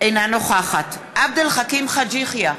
אינה נוכחת עבד אל חכים חאג' יחיא,